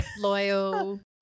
Loyal